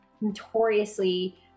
notoriously